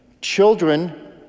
Children